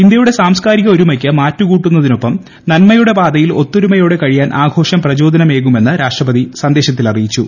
ഇന്ത്യയുടെ സാംസ്കാരിക ഒരുമയ്ക്ക് മാറ്റുകൂട്ടുന്നതിനൊപ്പം നന്മയുടെ പാതയിൽ ഒത്തൊരുമയോടെ കഴിയാൻ ആഘോഷം പ്രചോദനമേകുമെന്ന് രാപ്രഷ്ടപതി സന്ദേശത്തിൽ അറിയിച്ചു